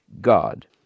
God